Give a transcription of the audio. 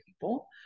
people